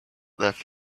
left